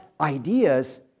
ideas